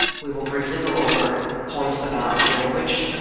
we will briefly go over points about language,